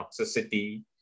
toxicity